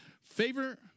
Favor